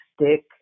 stick